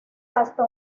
hasta